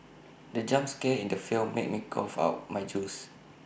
the jump scare in the film made me cough out my juice